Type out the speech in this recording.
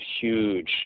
huge